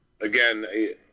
again